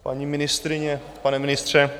Paní ministryně, pane ministře.